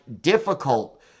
difficult